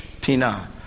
Pina